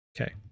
Okay